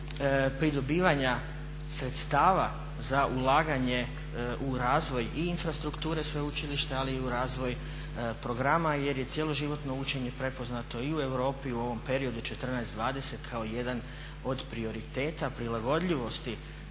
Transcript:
pridobivanja sredstva za ulaganje u razvoj i infrastrukture sveučilišta ali i u razvoj programa jer je cjeloživotno učenje prepoznato i u Europi u ovom periodu 14-20 kao jedan od prioriteta prilagodljivosti